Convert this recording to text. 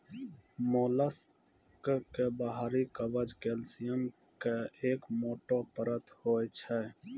mollusc के बाहरी कवच कैल्सियम के एक मोटो परत होय छै